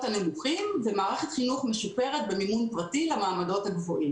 הנמוכים ומערכת חינוך משופרת במימון פרטי למעמדות הגבוהים.